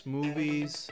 movies